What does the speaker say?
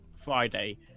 friday